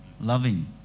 loving